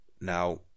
Now